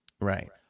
Right